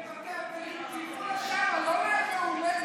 לבתי אבלים, תלכו לשם, לא לימי הולדת.